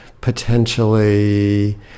potentially